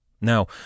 Now